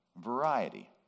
Variety